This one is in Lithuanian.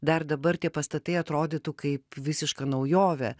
dar dabar tie pastatai atrodytų kaip visiška naujovė